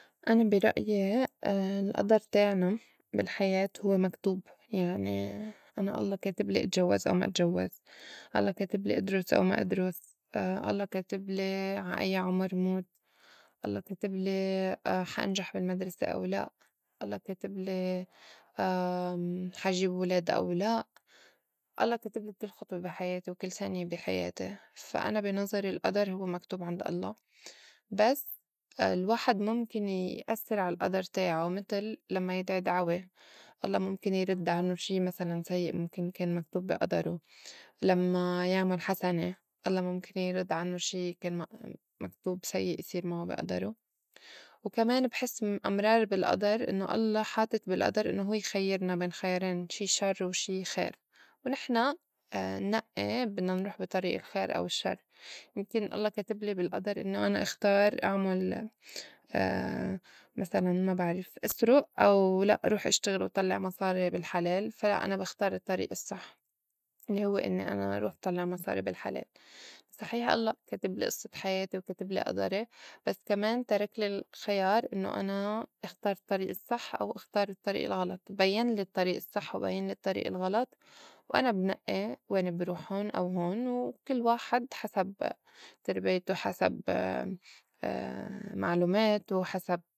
أنا بي رأي الأدر تاعنا بالحياة هوّ مكتوب يعني أنا الله كاتبلي اتجوّز أو ما اتجوّز، الله كاتبلي أدرُس أو ما أدرس، الله كاتبلي عا أيّا عمر موت، الله كاتبلي حا انجح بالمدرسة أو لأ، الله كاتبلي حا جيب ولاد أو لأ، الله كاتبلي بكل خطوة بي حياتي، وكل سانية بي حياتي، فا أنا بي نظري الأدر هوّ مكتوب عند الله، بس الواحد مُمكن يأسّر عالئدر تاعه متل لمّا يدعي دعوة الله مُمكن يرد عنّو شي مسلاً سيّئ مُمكن كان مكتوب بي أدرو، لمّا يعمل حسنة الله مُمكن يرد عنّو شي كان مك- مكتوب سيّئ يصير معو بي أدرو، وكمان بحس أم- أمرار بالئدر إنّو الله حاطط بالئدر إنّو هوّ يخيّرنا بين خيارين شي شر وشي خير ونحن انّأّي بدنا نروح بي طريق الخير أو الشّر، يمكن الله كاتبلي بالئدر إنّو أنا اختار أعمل مسلاً ما بعرف أسرُء أو لأ روح اشتغل وطلّع مصاري بالحلال. فا لأ أنا بختار الطّريق الصّح الّي هوّ انّي أنا روح طلّع مصاري بالحلال. صحيح الله كَتبلي قصّة حياتي وكاتبلي أدري بس كمان تركلي الخيار إنّو أنا اختار الطريق الصّح أو اختار الطّريق الغلط بيّنلي الطّريق الصّح وبيّنلي الطّريق الغلط وأنا بنئّي وين بروح هون أو هون وكل واحد حسب تربايته، حسب معلوماته حسب.